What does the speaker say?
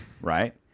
right